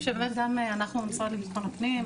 רק להוסיף שבאמת גם אנחנו במשרד לבטחון הפנים,